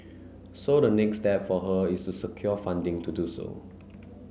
so the next step for her is to secure funding to do so